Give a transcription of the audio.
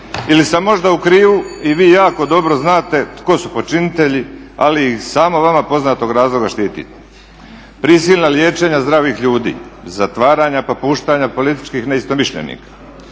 ili sam možda u krivu i vi jako dobro znate tko su počinitelji, ali ih iz samo vama poznatog razloga štitite. Prisilna liječenja zdravih ljudi, zatvaranja pa puštanja političkih neistomišljenika,